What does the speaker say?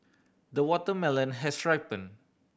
the watermelon has ripened